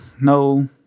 no